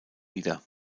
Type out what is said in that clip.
wieder